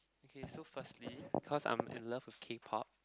okay so firstly cause I'm in love with K pop